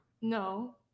No